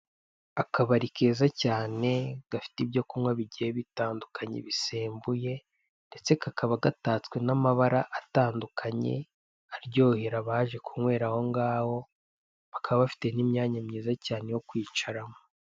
Akabari keza cyane gafite ibyo kunywa bigiye bitandukanye bisembuye ndetse kakaba gatatswe n'amabara atandukanye aryohera abaje kunywera aho ngaho bakaba bafite n'imyanya myiza cyane yo kwicaramo.